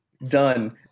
done